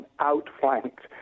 outflanked